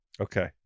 Okay